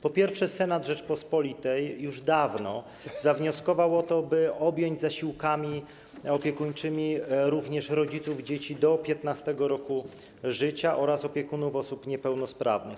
Po pierwsze, Senat Rzeczypospolitej już dawno zawnioskował o to, by objąć zasiłkami opiekuńczymi również rodziców dzieci do 15. roku życia oraz opiekunów osób niepełnosprawnych.